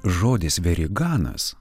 žodis veryganas